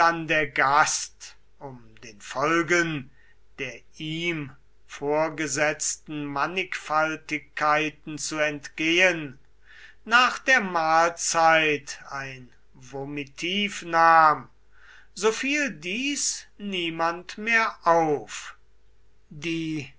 der gast um den folgen der ihm vorgesetzten mannigfaltigkeiten zu entgehen nach der mahlzeit ein vomitiv nahm so fiel dies niemand mehr auf die